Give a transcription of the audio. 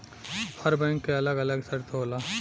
हर bank के अलग अलग शर्त होला